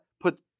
put